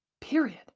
period